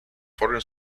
foreign